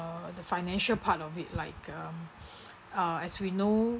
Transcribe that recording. uh the financial part of it like um uh as we know